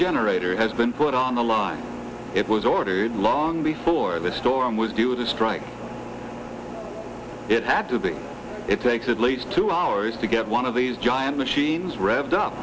generator has been put on the line it was ordered long before the storm was due with the strike it had to be it takes at least two hours to get one of these giant machines revved up